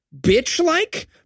bitch-like